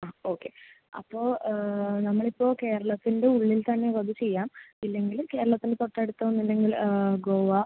ആ ഓക്കെ അപ്പോൾ നമ്മൾ ഇപ്പോൾ കേരളത്തിൻ്റെ ഉള്ളിൽത്തന്നെ ഉള്ളത് ചെയ്യാം ഇല്ലെങ്കിൽ കേരളത്തിന് തൊട്ടടുത്ത് ഒന്നുമില്ലെങ്കിൽ ഗോവ